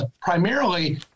primarily